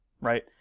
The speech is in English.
right